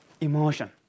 emotion